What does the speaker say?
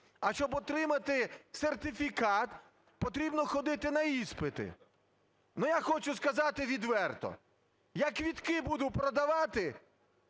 А щоб отримати сертифікат, потрібно ходити на іспити. Але я хочу сказати відверто: я квитки буду продавати